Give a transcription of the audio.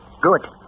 Good